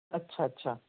ਅੱਛਾ ਅੱਛਾ